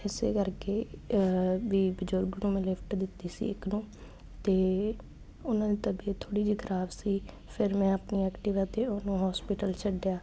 ਇਸੇ ਕਰਕੇ ਵੀ ਬਜ਼ੁਰਗ ਨੂੰ ਮੈਂ ਲਿਫਟ ਦਿੱਤੀ ਸੀ ਇੱਕ ਨੂੰ ਤੇ ਉਹਨਾਂ ਦੀ ਤਬੀਅਤ ਥੋੜੀ ਜਿਹੀ ਖਰਾਬ ਸੀ ਫਿਰ ਮੈਂ ਆਪਣੀ ਐਕਟਿਵਾ ਤੇ ਉਹਨੂੰ ਹੋਸਪਿਟਲ ਛੱਡਿਆ